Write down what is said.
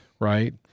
Right